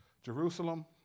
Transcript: Jerusalem